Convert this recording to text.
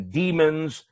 demons